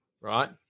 right